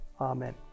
Amen